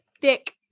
thick